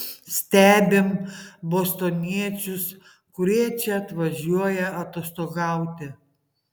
stebim bostoniečius kurie čia atvažiuoja atostogauti